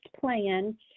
plan